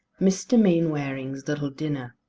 mr. mainwaring's little dinner.